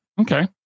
Okay